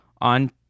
On